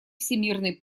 всемирной